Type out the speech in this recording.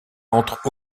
entre